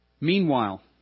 Meanwhile